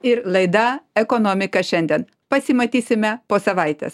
ir laida ekonomika šiandien pasimatysime po savaitės